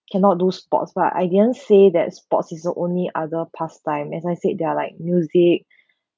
cannot do sports lah I didn't say that sports is the only other pastime as I said there like music